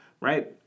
Right